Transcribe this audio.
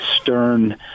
stern